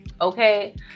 Okay